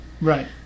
Right